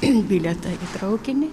imk bilietą į traukinį